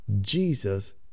Jesus